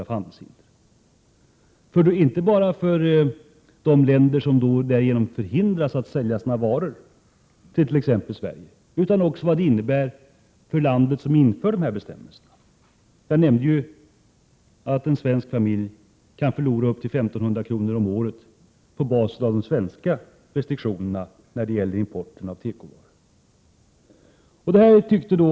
Det kostar pengar inte bara för de länder som därmed förhindras att sälja sina varor till exempelvis Sverige, utan det får också följder för de länder som inför bestämmelserna. Jag nämnde tidigare att en svensk familj Prot. 1987/88:114 kan förlora upp till I 500 kr. om året på grund av de svenska restriktionernai 4 maj 1988 fråga om import av tekoprodukter.